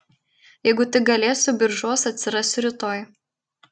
jeigu tik galėsiu biržuos atsirasiu rytoj